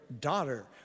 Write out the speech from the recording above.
daughter